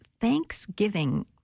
Thanksgiving